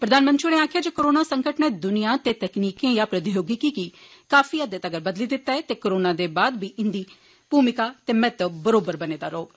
प्रधानमंत्री होरें आक्खेआ जे कोरोना संकट नै दुनिया ते तकनीकी जां प्रोद्योगिकी बी काफी बदली दित्ता ऐ ते कोरोना दे बाद बी इंदी भूमका ते महत्व बरोबर बने दा रौह्ग